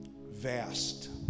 vast